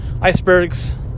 Icebergs